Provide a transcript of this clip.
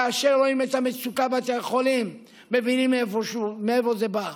כאשר רואים את המצוקה בבתי החולים מבינים מאיפה זה בא.